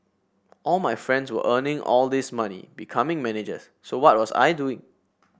all my friends were earning all this money becoming managers so what was I doing